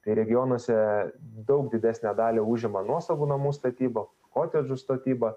tai regionuose daug didesnę dalį užima nuosavų namų statyba kotedžų statyba